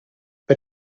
per